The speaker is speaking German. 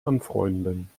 anfreunden